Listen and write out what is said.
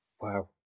Wow